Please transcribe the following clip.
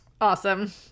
Awesome